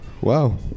Wow